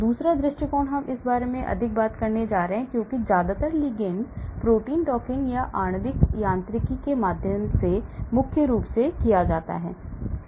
दूसरा दृष्टिकोण हम इस बारे में अधिक बात करने जा रहे हैं क्योंकि ज्यादातर लिगेंड प्रोटीन डॉकिंग आणविक यांत्रिकी के माध्यम से मुख्य रूप से किया जाता है